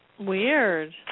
Weird